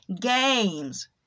games